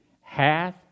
hath